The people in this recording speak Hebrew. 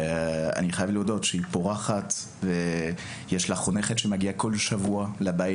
אני חייב להודות שהיא פורחת ויש לה חונכת שמגיעה כל שבוע לבית,